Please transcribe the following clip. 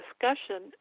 discussion